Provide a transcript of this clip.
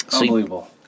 Unbelievable